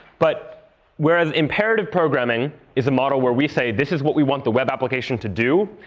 but whereas imperative programming is a model where we say, this is what we want the web application to do,